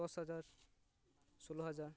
ᱫᱚᱥ ᱦᱟᱡᱟᱨ ᱥᱳᱞᱳ ᱦᱟᱡᱟᱨ